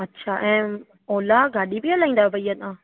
अच्छा ऐं ओला गाॾी बि हलाईंदा आहियो भैया तव्हां